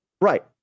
Right